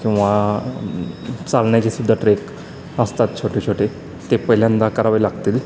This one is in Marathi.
किंवा चालण्याचे सुद्धा ट्रेक असतात छोटे छोटे ते पहिल्यांदा करावे लागतील